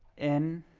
n